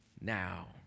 now